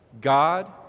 God